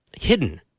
hidden